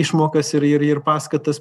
išmokas ir ir ir paskatas